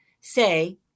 say